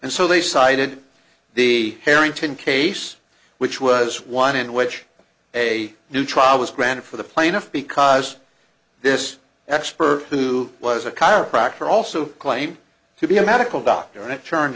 and so they cited the harrington case which was one in which a new trial was granted for the plaintiff because this expert who was a chiropractor also claimed to be a medical doctor and it turned